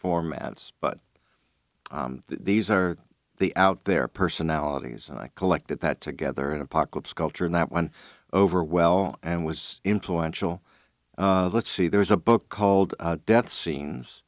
formats but these are the out there personalities and i collected that together in apocalypse culture and that won over well and was influential let's see there is a book called death scenes